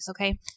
okay